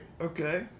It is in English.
Okay